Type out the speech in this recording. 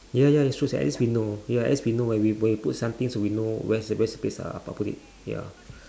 ya ya it's true sia at least we know ya at least when we when we put something we know where's the where's the place uh I put it